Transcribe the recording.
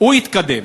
הוא התקדם.